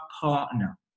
partner